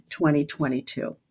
2022